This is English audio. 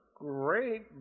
Great